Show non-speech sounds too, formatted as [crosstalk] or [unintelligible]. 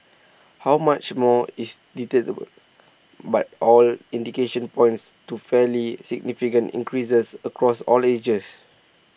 how much more is [unintelligible] but all indications points to fairly significant increases across all ages